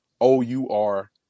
O-U-R